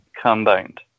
combined